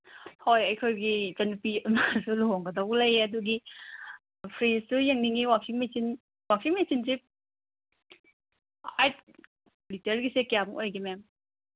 ꯍꯣꯏ ꯑꯩꯈꯣꯏꯒꯤ ꯏꯆꯟꯅꯨꯄꯤ ꯂꯨꯍꯣꯡꯒꯗꯧ ꯂꯩ ꯑꯗꯨꯒꯤ ꯐ꯭ꯔꯤꯖꯁꯨ ꯌꯦꯡꯅꯤꯡꯉꯤ ꯋꯥꯁꯤꯡ ꯃꯦꯆꯤꯟ ꯋꯥꯁꯤꯡ ꯃꯦꯆꯤꯟꯁꯤ ꯑꯩꯠ ꯂꯤꯇꯔꯒꯤꯁꯦ ꯀꯌꯥꯃꯨꯛ ꯑꯣꯏꯒꯦ ꯃꯦꯝ